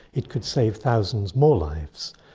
it could save thousands more lives.